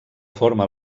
forma